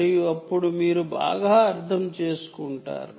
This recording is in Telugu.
మరియు అప్పుడు మీరు బాగా అర్థం చేసుకుంటారు